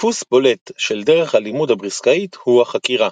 דפוס בולט של דרך הלימוד הבריסקאית, הוא החקירה.